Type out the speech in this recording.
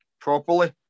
properly